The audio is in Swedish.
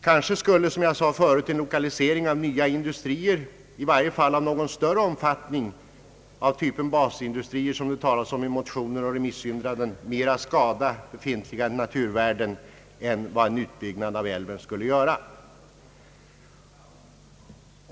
Kanske skulle som jag förut sade en lokalisering av nya industrier, i varje fall industrier av någon större omfattning av typen basindustrier som det talas om i motioner och remissyttranden, mera skada befintliga naturvärden än vad en utbyggnad av älven skulle göra.